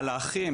על האחים,